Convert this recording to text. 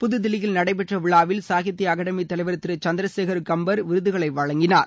புதுதில்லியில் நடைபெற்ற விழாவில் சாகித்ய அகடெமி தலைவர் திரு சந்திர சேகர் கம்பர் விருதுகளை வழங்கினார்